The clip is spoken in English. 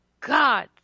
God